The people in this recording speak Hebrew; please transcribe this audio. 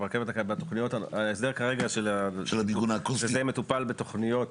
ההסדר כרגע של המיגון האקוסטי מטופל בתכניות